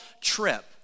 trip